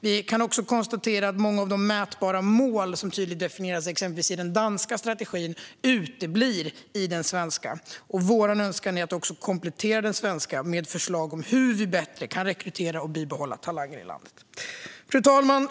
Vi kan också konstatera att många av de mätbara mål som tydligt definieras i exempelvis den danska strategin uteblir i den svenska. Vår önskan är att även komplettera den svenska strategin med förslag på hur vi bättre kan rekrytera och bibehålla talanger i landet. Fru talman!